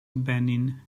benin